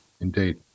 Indeed